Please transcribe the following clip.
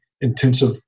intensive